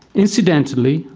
incidentally,